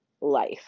life